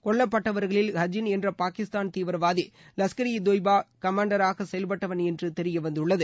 கொல்லப்பட்டவர்களில் ஹஜீன் என்ற பாகிஸ்தான் தீவிரவாதி லஷ்கர் இ தொய்பா கமாண்டராக செயல்பட்டவன் என்று தெரியவந்துள்ளது